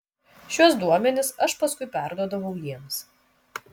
šiuos duomenis aš paskui perduodavau jiems